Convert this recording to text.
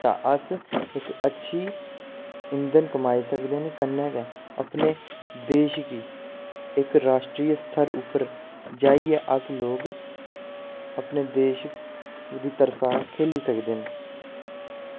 तां अस इक अच्छी इंदन कमाई सकदे न कन्नै गै अपने देश कि इक राश्ट्रीय स्तर उप्पर जाइयै अस लोग अपने देश दी तरफा खेल्ली सकदे न